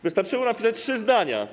Wystarczyło napisać trzy zdania.